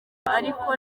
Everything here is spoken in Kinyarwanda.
ariko